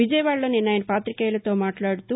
విజయవాడలో నిన్న ఆయన పాతికేయులతో మాట్లాడుతూ